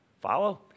Follow